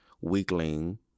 weakling